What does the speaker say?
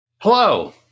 Hello